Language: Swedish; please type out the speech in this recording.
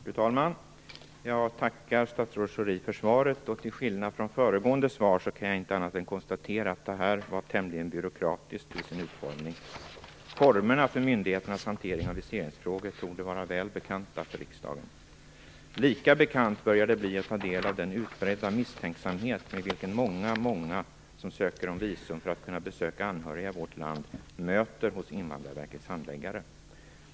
Fru talman! Jag tackar statsrådet Schori för svaret. Till skillnad från vad som gäller föregående svar kan jag inte annat än konstatera att detta var tämligen byråkratiskt till sin utformning. Formerna för myndigheternas hantering av viseringsfrågor torde vara väl bekanta för riksdagen. Lika bekant börjar bli den utbredda misstänksamhet vilken många som ansöker om visum för att kunna besöka anhöriga i vårt land möter hos Invandrarverkets handläggare.